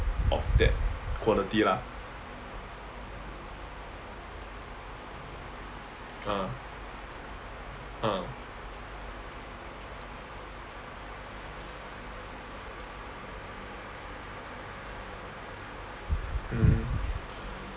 of that quality lah uh uh mm